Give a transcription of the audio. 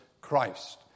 Christ